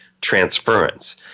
transference